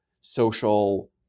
social